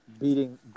beating